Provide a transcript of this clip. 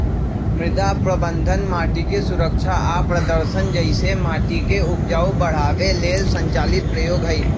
मृदा प्रबन्धन माटिके सुरक्षा आ प्रदर्शन जइसे माटिके उपजाऊ बढ़ाबे लेल संचालित प्रयोग हई